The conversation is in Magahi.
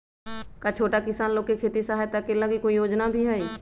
का छोटा किसान लोग के खेती सहायता के लगी कोई योजना भी हई?